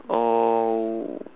oh